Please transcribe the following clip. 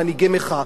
מנהיגי מחאה,